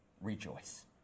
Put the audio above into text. rejoice